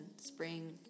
spring